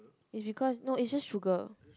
it's because no it's just sugar